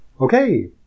Okay